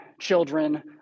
children